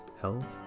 health